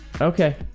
Okay